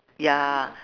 ya